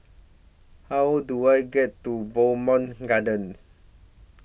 How Do I get to Bowmont Gardens